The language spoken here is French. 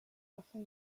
afin